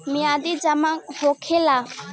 मियादी जमा का होखेला?